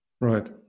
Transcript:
Right